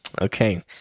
Okay